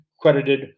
credited